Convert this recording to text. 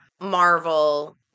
Marvel